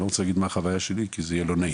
אני לא רוצה להגיד מה החוויה שלי כי זה יהיה לא נעים.